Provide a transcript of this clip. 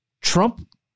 Trump